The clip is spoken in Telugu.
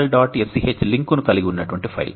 sch లింకును కలిగి ఉన్నటువంటి ఫైల్